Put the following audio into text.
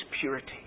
purity